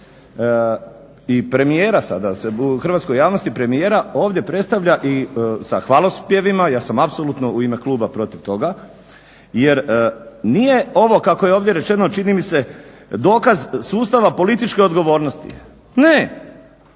i premijera sada da se u hrvatskoj javnosti premijera ovdje predstavlja i sa hvalospjevima. Ja sam apsolutno u ime kluba protiv toga jer nije ovo kako je ovdje rečeno čini mi se dokaz sustava političke odgovornosti. Ne,